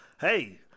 hey